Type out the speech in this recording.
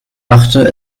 dachte